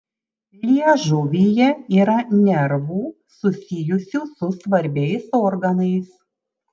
liežuvyje yra nervų susijusią su svarbiais organais